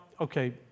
okay